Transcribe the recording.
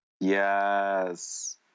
Yes